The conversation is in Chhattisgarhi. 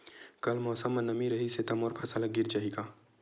कल मौसम म नमी रहिस हे त मोर फसल ह गिर जाही का?